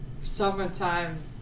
summertime